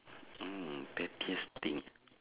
mm pettiest thing ah